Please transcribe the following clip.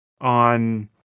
on